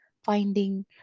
finding